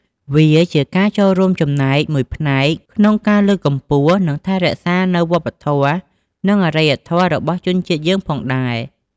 វាជាការចូលរួមចំណែកមួយផ្នែកក្នុងការលើកកម្ពស់ និងថែរក្សានូវវប្បធម៌និងអរិយធម៌របស់ជាតិយើងផងដែរ។